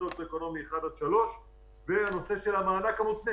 במעמד סוציו-אקונומי 1 3. והנושא של המענק המותנה